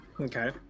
okay